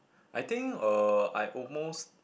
I think uh I almost